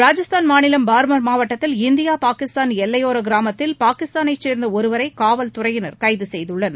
ராஜஸ்தான் மாநிலம் பாா்மா் மாவட்டத்தில் இந்தியா பாகிஸ்தான் எல்லையோர கிராமத்தில் பாகிஸ்தானைச் சேர்ந்த ஒருவரை காவல்துறையினர் கைது செய்தனர்